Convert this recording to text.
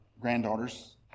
granddaughters